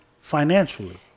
financially